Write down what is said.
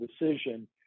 decision